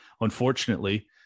unfortunately